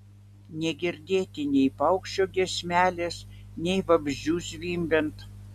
negirdėti nei paukščio giesmelės nei vabzdžių zvimbiant